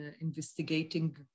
investigating